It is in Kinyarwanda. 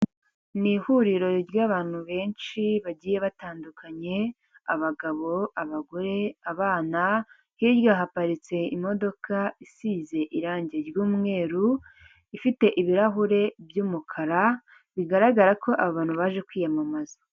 Ni ihuriro ry'abantu benshi bagiye batandukanye abagabo, abagore, abana. Hirya haparitse imodoka isize irangi ry'umweru ifite ibirahure by'umukara bigaragara ko abantu baje kwiyamamaza.